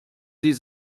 sie